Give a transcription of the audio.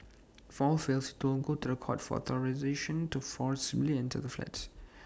all fails IT will go to The Court for authorisation to forcibly enter the flats